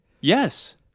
Yes